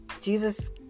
Jesus